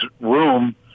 room